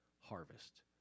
harvest